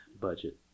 Budget